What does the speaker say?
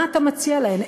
מה אתה מציע להם?